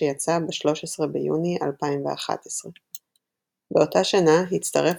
שיצא ב-13 ביוני 2011. באותה שנה הצטרף